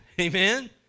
Amen